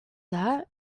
that